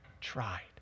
tried